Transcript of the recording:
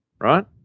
right